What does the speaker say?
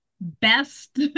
best